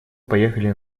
поехали